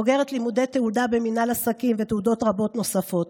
בוגרת לימודי תעודה במינהל עסקים ותעודות רבות נוספות.